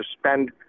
spend